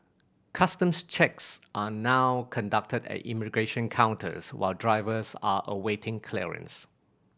customs checks are now conducted at immigration counters while drivers are awaiting clearance